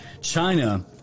China